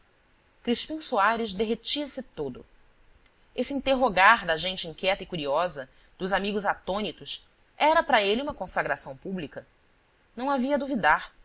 motivo crispim soares derretia se todo esse interrogar da gente inquieta e curiosa dos amigos atônitos era para ele uma consagração pública não havia duvidar